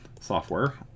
software